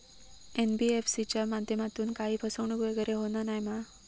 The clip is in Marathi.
एन.बी.एफ.सी च्या माध्यमातून काही फसवणूक वगैरे होना नाय मा?